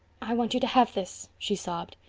i want you to have this, she sobbed.